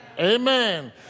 Amen